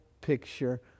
picture